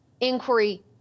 inquiry